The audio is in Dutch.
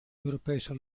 europese